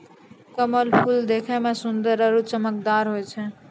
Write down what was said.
कमल फूल देखै मे सुन्दर आरु चमकदार होय छै